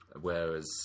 whereas